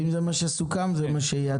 אם זה מה שסוכם זה מה שיהיה.